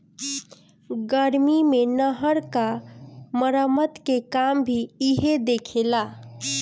गर्मी मे नहर क मरम्मत के काम भी इहे देखेला